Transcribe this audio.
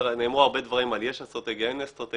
נאמרו הרבה דברים על יש אסטרטגיה אין האסטרטגיה.